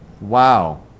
Wow